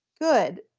good